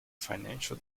financial